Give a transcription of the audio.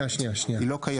היא לא קיימת.